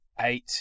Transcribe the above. eight